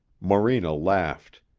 morena laughed.